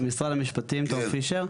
משרד המשפטים, תום פישר.